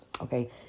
okay